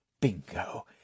Bingo